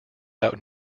out